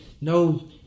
no